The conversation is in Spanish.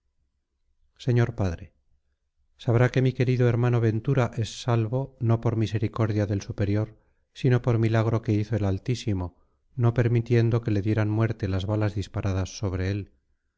señor padre sabrá que mi querido hermano ventura es salvo no por misericordia del superior sino por milagro que hizo el altísimo no permitiendo que le dieran muerte las balas disparadas sobre él